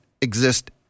exist